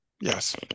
Yes